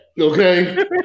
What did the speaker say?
Okay